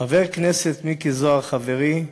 חבר הכנסת מיקי זוהר, חברי,